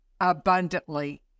abundantly